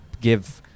give